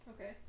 Okay